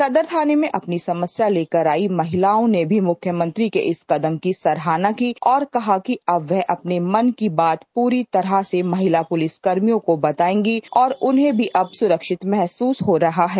सदर थाने में अपनी समस्या लेकर आई महिलाओं ने भी मुख्यमंत्री के इस कदम की सराहना की और कहा कि अब वह अपने मन की बात प्ररी तरह से महिला पुलिसकर्मियों को बताएगी और उन्हें भी अब सुरक्षित महसूस हो रहा है